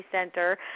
center